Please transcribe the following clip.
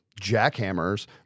jackhammers